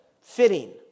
fitting